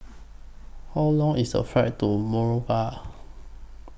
How Long IS A Flight to Monrovia